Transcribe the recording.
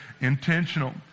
intentional